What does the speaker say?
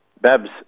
Babs